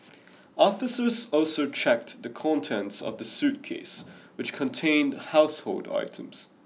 officers also checked the contents of the suitcase which contained household items